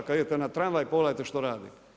Kad idete na tramvaj pogledajte što radi.